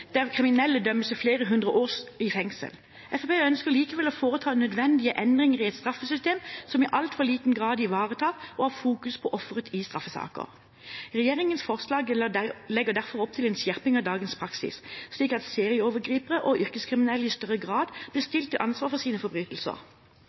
der kriminelle dømmes til flere hundre år i fengsel. Fremskrittspartiet ønsker likevel å foreta nødvendige endringer i et straffesystem som i altfor liten grad ivaretar og fokuserer på offeret i straffesaker. Regjeringens forslag legger derfor opp til en skjerping av dagens praksis, slik at serieovergripere og yrkeskriminelle i større grad blir